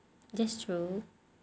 that's true